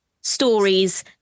stories